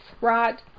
right